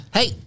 Hey